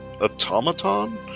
automaton